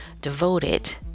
devoted